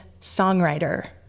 songwriter